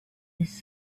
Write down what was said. his